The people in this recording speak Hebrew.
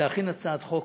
להכין הצעת חוק.